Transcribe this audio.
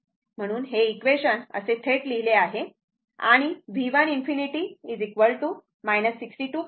म्हणूनच हे इक्वेशन असे थेट लिहिले आहे आणि V 1 ∞ 62